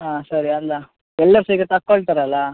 ಹಾಂ ಸರಿ ಅಲ್ಲ ಎಲ್ಲ ಸಹ ಈಗ ತಕ್ಕೊಳ್ತಾರಲ್ಲ